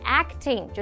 acting